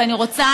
ואני רוצה,